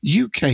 UK